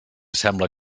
sembla